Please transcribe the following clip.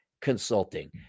consulting